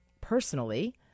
personally